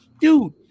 dude